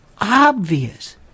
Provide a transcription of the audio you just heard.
obvious